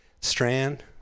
Strand